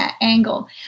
angle